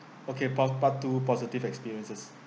okay part part two positive experiences